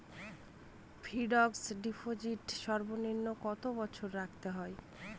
Fixed deposit সর্বনিম্ন কত বছর রাখতে হয়?